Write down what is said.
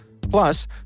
Plus